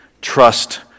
trust